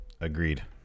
agreed